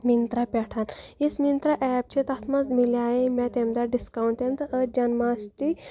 مِںترٛا پٮ۪ٹھ یُس مِںترٛا ایپ چھےٚ تَتھ منٛز مِلیایہِ مےٚ تَمہِ دۄہ ڈِسکاوُںٛٹ تَمہِ دۄہ ٲس جَنماسٹی